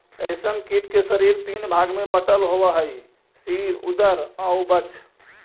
रेशम कीट के शरीर तीन भाग में बटल होवऽ हइ सिर, उदर आउ वक्ष